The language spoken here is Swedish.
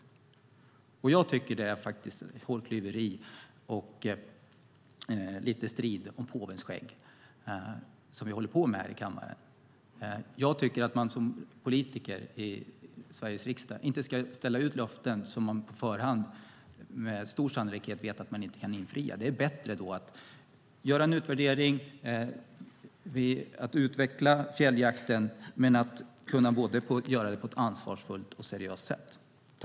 Jag tycker faktiskt att det är hårklyverier och lite strid om påvens skägg som vi håller på med här i kammaren. Jag tycker att man som politiker i Sveriges riksdag inte ska ställa ut löften som man på förhand med stor sannolikhet vet att man inte kan infria. Då är det bättre att göra en utvärdering och utveckla fjälljakten men göra det på ett ansvarsfullt och seriöst sätt.